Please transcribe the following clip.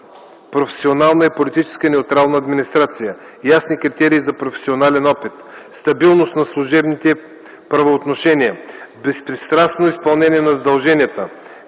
„професионална и политически неутрална администрация”; - „ясни критерии за професионален опит”; - „стабилност на служебните правоотношения”; - „безпристрастно изпълнение на задълженията”;